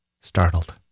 startled